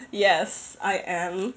yes I am